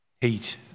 heat